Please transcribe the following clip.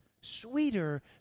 sweeter